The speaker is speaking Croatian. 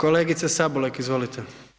Kolegice Sabolek izvolite.